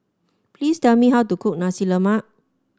please tell me how to cook Nasi Lemak